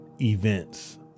events